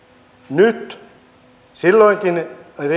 silloinkin